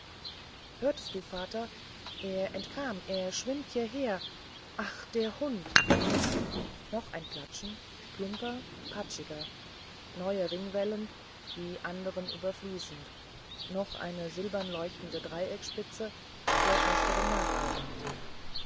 hörtest du vater er entkam er schwimmt hierher ach der hund noch ein platschen plumper patschiger neue ringwellen die anderen überfließend noch eine silberleuchtende dreieckspitze der ersteren